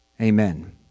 Amen